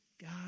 God